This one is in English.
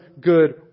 good